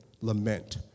Lament